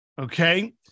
Okay